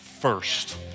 first